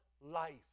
life